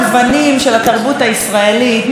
מחרדים דרך מזרחים,